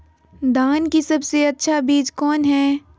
धान की सबसे अच्छा बीज कौन है?